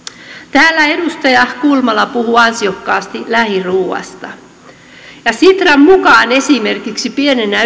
täällä edustaja kulmala puhui ansiokkaasti lähiruuasta sitran mukaan pienenä